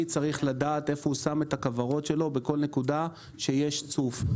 צריך לדעת איפה הוא שם את הכוורות שלו בכל נקודה שיש צוף.